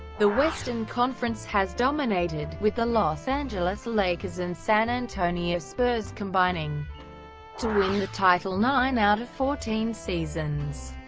the western conference has dominated, with the los angeles lakers and san antonio spurs spurs combining to win the title nine out of fourteen seasons.